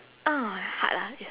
uh lah it's